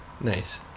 nice